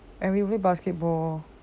and we win basketball